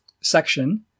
section